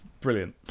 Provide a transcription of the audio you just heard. brilliant